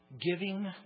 giving